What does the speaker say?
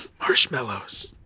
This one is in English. Marshmallows